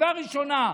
בישיבה ראשונה,